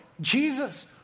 Jesus